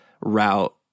route